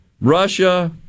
Russia